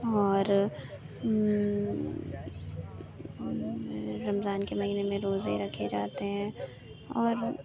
اور رمضان کے مہینے میں روزے رکھے جاتے ہیں اور